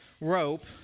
rope